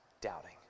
doubting